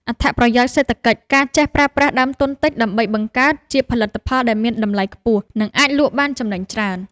អត្ថប្រយោជន៍សេដ្ឋកិច្ច ការចេះប្រើប្រាស់ដើមទុនតិច ដើម្បីបង្កើតជាផលិតផលដែលមានតម្លៃខ្ពស់ និងអាចលក់បានចំណេញច្រើន។